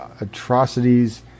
atrocities